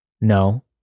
No